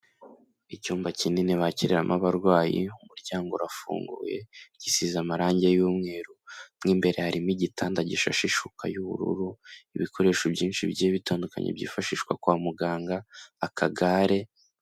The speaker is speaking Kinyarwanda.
Icyumba kinini bakiriramo abarwayi, umuryango urafunguye, gisize amarangi y'umweru, mo imbere harimo igitanda gishashe ishuka y'ubururu, ibikoresho byinshi bigiye bitandukanye byifashishwa kwa muganga, akagare.